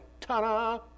ta-da